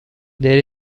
there